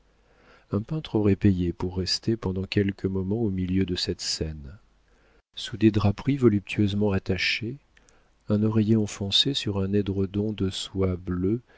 un peintre aurait payé pour rester pendant quelques moments au milieu de cette scène sous des draperies voluptueusement attachées un oreiller enfoncé sur un édredon de soie bleue